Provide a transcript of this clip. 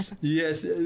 Yes